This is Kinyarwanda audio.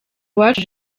uwacu